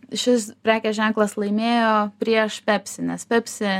šis prekės ženklas laimėjo prieš pepsi nes pepsi